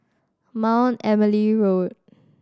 Mount Emily Road